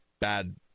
bad